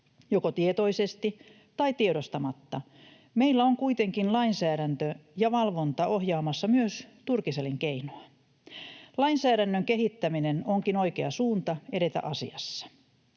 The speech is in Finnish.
joko tietoisesti tai tiedostamatta. Meillä on kuitenkin lainsäädäntö ja valvonta ohjaamassa myös turkiselinkeinoa. Lainsäädännön kehittäminen onkin oikea suunta edetä asiassa.